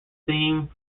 theme